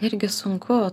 irgi sunku